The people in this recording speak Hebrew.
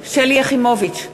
שלי יחימוביץ,